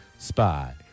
Spy